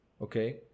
Okay